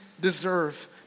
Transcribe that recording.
deserve